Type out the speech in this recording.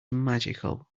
magical